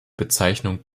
bezeichnung